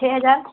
छः हज़ार